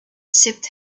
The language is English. sipped